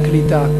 משרד הקליטה,